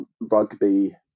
rugby